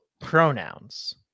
pronouns